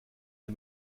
des